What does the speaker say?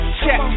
check